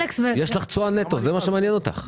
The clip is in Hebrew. זה מה שמעניין אותך.